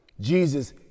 Jesus